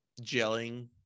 gelling